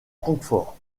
francfort